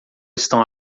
estão